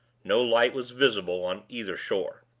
no light was visible, on either shore.